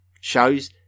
shows